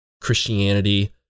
christianity